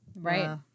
right